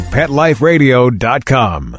PetLifeRadio.com